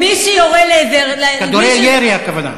מי שיורה לעבר, כדורי ירי, הכּוונה.